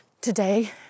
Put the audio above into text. today